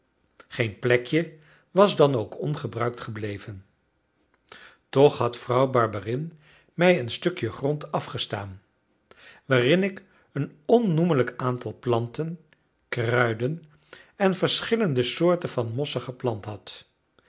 geen plekje was dan ook ongebruikt gebleven toch had vrouw barberin mij een stukje grond afgestaan waarin ik een onnoemelijk aantal planten kruiden en verschillende soorten van mossen geplant had